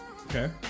Okay